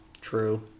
True